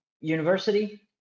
University